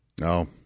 no